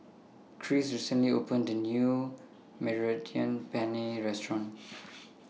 Krish recently opened A New Mediterranean Penne Restaurant